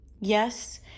yes